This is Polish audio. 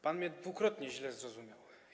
Pan mnie dwukrotnie źle zrozumiał.